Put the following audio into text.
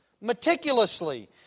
meticulously